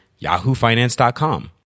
yahoofinance.com